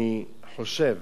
אני חושב